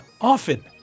often